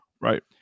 Right